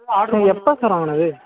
order எப்போ sir வாங்கினது